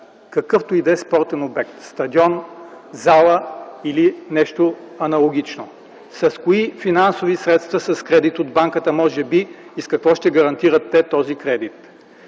какъвто и да е спортен обект: стадион, зала или нещо аналогично? С кои финансови средства - с кредити от банката може би, и с какво ще гарантират те този кредит?